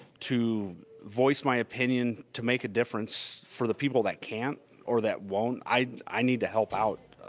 to voice my opinion, to make a difference for the people that can't or that won't. i need to help out.